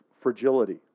fragility